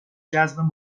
جذب